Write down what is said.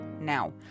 now